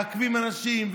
מעכבים אנשים,